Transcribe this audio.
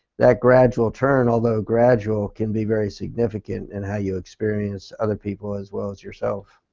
that gradual turn, although gradual, can be very significant in how you experience other people as well as yourself.